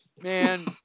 Man